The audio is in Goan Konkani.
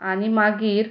आनी मागीर